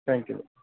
thank you